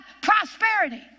prosperity